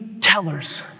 tellers